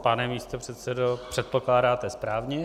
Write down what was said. Pane místopředsedo, předpokládáte správně.